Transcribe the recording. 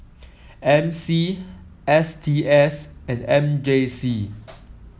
M C S T S and M J C